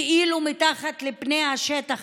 כאילו מתחת לפני השטח,